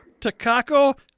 Takako